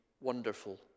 wonderful